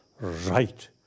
right